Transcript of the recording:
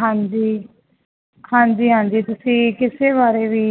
ਹਾਂਜੀ ਹਾਂਜੀ ਹਾਂਜੀ ਤੁਸੀਂ ਕਿਸੇ ਬਾਰੇ ਵੀ